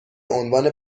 عنوان